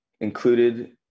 included